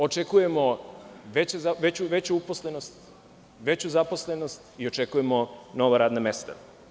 Očekujemo veću uposlenost, veću zaposlenost i očekujemo nova radna mesta.